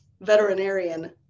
veterinarian